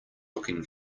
looking